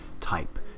type